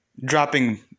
dropping